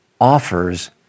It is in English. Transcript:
offers